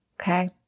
okay